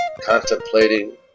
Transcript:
contemplating